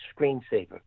screensaver